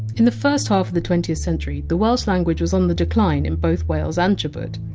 in the first half of the twentieth century, the welsh language was on the decline in both wales and chubut.